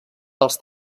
els